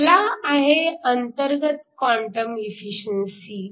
पहिला आहे अंतर्गत क्वांटम एफिशिअन्सी